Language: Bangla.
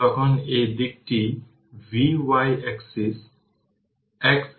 সুতরাং এটি একটি ইকুইভ্যালেন্ট সার্কিট এবং এটি হল L eq L1 plus L2 plus L3 ইত্যাদি